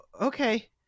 okay